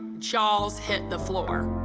jaws hit the floor.